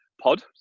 pod